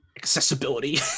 accessibility